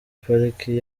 pariki